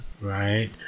Right